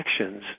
actions